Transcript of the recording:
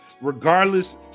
regardless